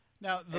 Now